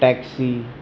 taxi